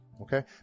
Okay